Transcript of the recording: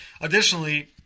additionally